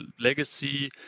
legacy